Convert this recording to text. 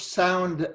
sound